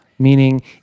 Meaning